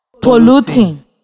polluting